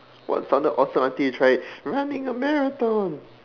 what sounded awesome until you tried it running a marathon